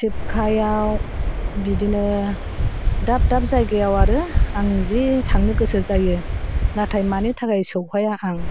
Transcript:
थिपकाइआव बिदिनो दाब दाब जायगायाव आरो आं जि थांनो गोसो जायो नाथाय मानि थाखाय सौहाया आं